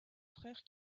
frères